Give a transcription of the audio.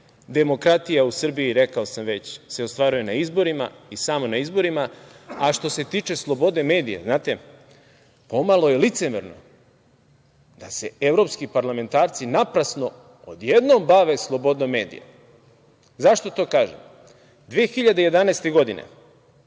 demokratija u Srbiji, rekao sam već, se ostvaruje na izborima i samo na izborima. Što se tiče slobode medija, znate, pomalo je licemerno da se evropski parlamentarci naprasno, odjednom bave slobodom medija. Zašto to kažem? Godine